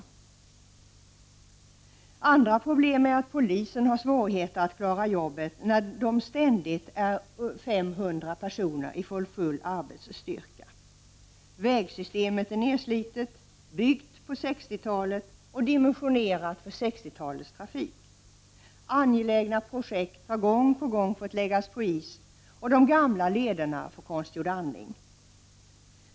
Ett annat problem är att polisen har svårigheter att klara jobbet när man ständigt är 500 personer från full arbetsstyrka. talets trafik. Angelägna projekt har gång på gång fått läggas på is, och de gamla lederna får konstgjord andning.